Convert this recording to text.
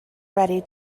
ready